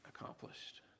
accomplished